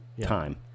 time